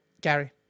gary